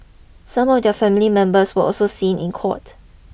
some of their family members were also seen in court